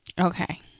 Okay